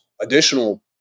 additional